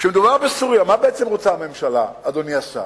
כשמדובר בסוריה, מה בעצם רוצה הממשלה, אדוני השר?